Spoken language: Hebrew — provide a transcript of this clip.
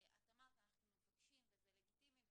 את אמרת שאנחנו מבקשים וזה לגיטימי,